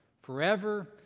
forever